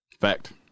Fact